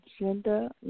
agenda